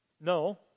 No